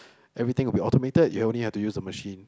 everything will be automated you only have to use the machine